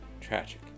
tragic